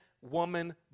woman